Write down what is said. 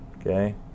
Okay